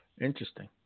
interesting